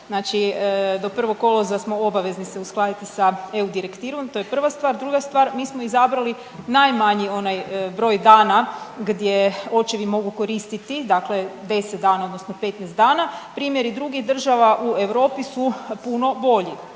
znači do 1. kolovoza smo obavezni se uskladiti sa eu direktivom, to je prva stvar, druga stvar mi smo izabrali najmanji onaj broj dana gdje očevi mogu koristiti dakle 10 dana odnosno 15 dana. Primjeri drugih država u Europi su puno bolji,